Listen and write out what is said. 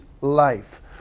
life